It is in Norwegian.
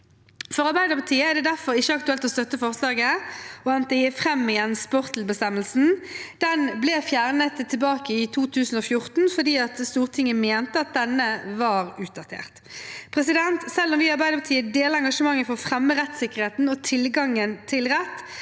For Arbeiderpartiet er det derfor ikke aktuelt å støtte forslaget og hente fram igjen sportel-bestemmelsen. Den ble fjernet i 2014 fordi Stortinget mente at den var utdatert. Selv om vi i Arbeiderpartiet deler engasjementet for å fremme rettssikkerheten og tilgangen til rett,